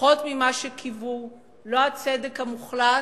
פחות ממה שקיוו, לא הצדק המוחלט?